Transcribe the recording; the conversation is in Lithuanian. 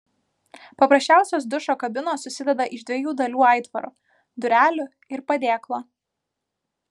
paprasčiausios dušo kabinos susideda iš dviejų dalių atitvaro durelių ir padėklo